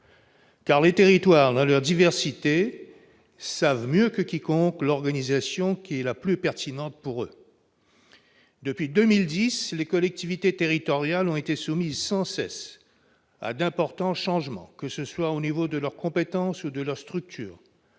les territoires, dans leur diversité, savent mieux que quiconque l'organisation qui est la plus pertinente pour eux. Depuis 2010, les collectivités territoriales ont été soumises sans cesse à d'importants changements du point de vue de leurs compétences ou de leurs structures,